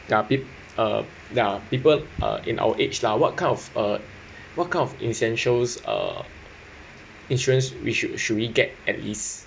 there are peo~ uh there are people uh in our age lah what kind of uh what kind of essentials uh insurance we should should we get at least